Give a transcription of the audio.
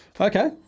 okay